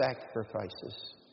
sacrifices